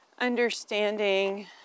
understanding